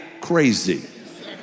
crazy